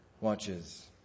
watches